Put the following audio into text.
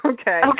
Okay